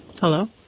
Hello